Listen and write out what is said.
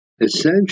Essentially